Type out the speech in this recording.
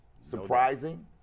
surprising